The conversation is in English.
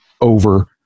over